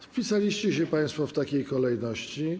Wpisaliście się państwo w takiej kolejności.